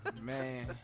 Man